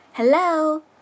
Hello